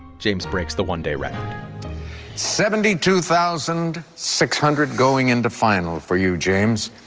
james breaks the one-day record seventy-two thousand six hundred going into final for you, james.